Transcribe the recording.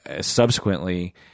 subsequently –